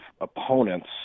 opponents –